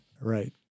Right